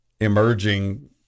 emerging